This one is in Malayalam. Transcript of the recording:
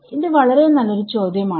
ഇത് വളരെ നല്ലൊരു ചോദ്യമാണ്